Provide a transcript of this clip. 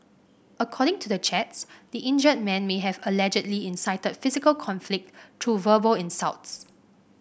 according to the chats the injured man may have allegedly incited physical conflict through verbal insults